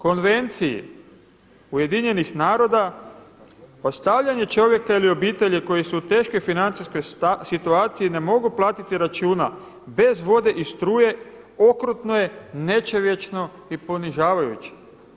Prema konvenciji Ujedinjenih naroda o stavljanju čovjeka ili obitelji koji su u teškoj financijskoj situaciji ne mogu platiti račune bez vode i struje okrutno je, nečovječno i ponižavajuće.